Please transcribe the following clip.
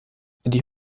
die